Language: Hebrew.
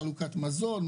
חלוקת מזון,